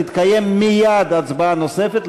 תתקיים מייד הצבעה נוספת,